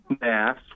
Mass